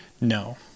no